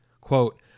Quote